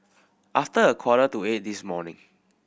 after a quarter to eight this morning